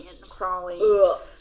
crawling